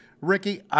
Ricky